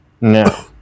No